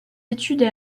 études